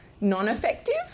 non-effective